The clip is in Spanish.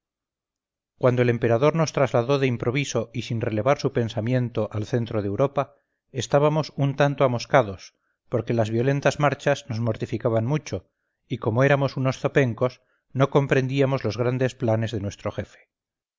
cuando el emperador nos trasladó de improviso y sin revelar su pensamiento al centro de europa estábamos un tanto amoscados porque las violentas marchas nos mortificaban mucho y como éramos unos zopencos no comprendíamos los grandes planes de nuestro jefe